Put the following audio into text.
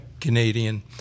Canadian